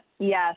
Yes